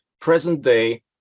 present-day